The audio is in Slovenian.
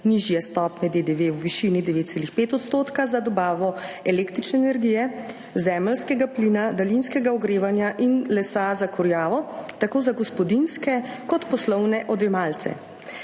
nižje stopnje DDV v višini 9,5 % za dobavo električne energije, zemeljskega plina, daljinskega ogrevanja in lesa za kurjavo, tako za gospodinjske kot poslovne odjemalce.